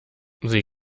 sie